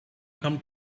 come